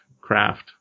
craft